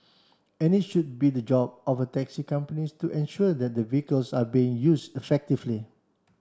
and it should be the job of taxi companies to ensure that the vehicles are being used effectively